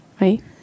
Right